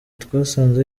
twasanze